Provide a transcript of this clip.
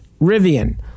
Rivian